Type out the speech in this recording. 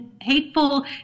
hateful